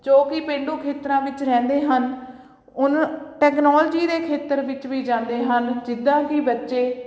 ਜੋ ਕਿ ਪੇਂਡੂ ਖੇਤਰਾਂ ਵਿੱਚ ਰਹਿੰਦੇ ਹਨ ਉਹਨਾਂ ਟੈਕਨੋਲਜੀ ਦੇ ਖੇਤਰ ਵਿੱਚ ਵੀ ਜਾਂਦੇ ਹਨ ਜਿੱਦਾਂ ਕਿ ਬੱਚੇ